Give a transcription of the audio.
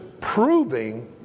proving